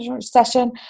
session